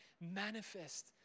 manifest